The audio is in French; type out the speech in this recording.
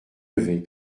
levée